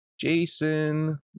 Jason